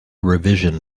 revision